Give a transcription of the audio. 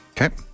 Okay